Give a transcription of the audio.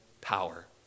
power